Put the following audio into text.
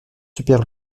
super